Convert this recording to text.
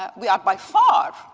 um we are, by far,